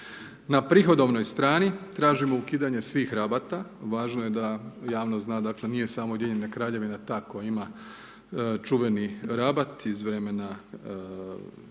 Na prihodovnoj strani tražimo ukidanje svih rabata. Važno je da javnost zna, dakle, nije samo Ujedinjena Kraljevina ta koja ima čuveni rabat iz vremena